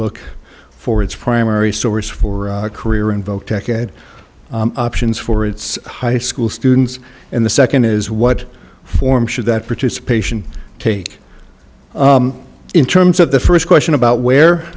look for its primary source for career invoke decade options for its high school students and the second is what form should that participation take in terms of the first question about